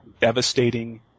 devastating